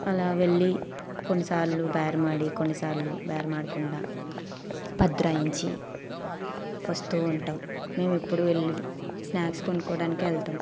అలా వెళ్ళి కొన్నిసార్లు బేరమాడి కొన్నిసార్లు బేరం ఆడకుండా పద్దు రాయించి వస్తూ ఉంటాం మేము ఎప్పుడు వెళ్లి స్నాక్స్ కొనుకోవడానికే వెళ్తాం